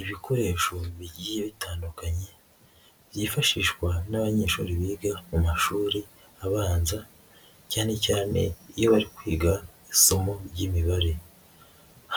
Ibikoresho bigiye bitandukanye byifashishwa n'abanyeshuri biga mu mashuri abanza cyane cyane iyo bari kwiga isomo ry'imibare,